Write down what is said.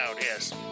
yes